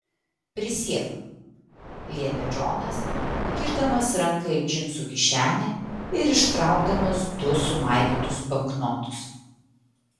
prisiek liepė džonas kišdamas ranką į džinsų kišenę ir ištraukdamas du sumaigytus banknotus